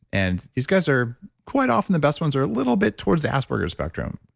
and these guys are quite often the best ones are a little bit towards the asperger's spectrum,